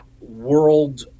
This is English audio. world